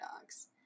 dogs